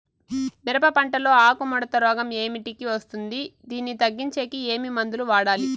మిరప పంట లో ఆకు ముడత రోగం ఏమిటికి వస్తుంది, దీన్ని తగ్గించేకి ఏమి మందులు వాడాలి?